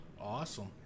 Awesome